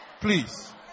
Please